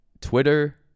Twitter